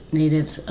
natives